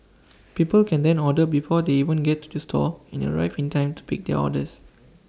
people can then order before they even get to the store and arrive in time to pick their orders